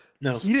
No